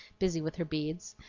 busy with her beads,